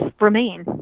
remain